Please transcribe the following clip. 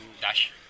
Dash